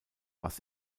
was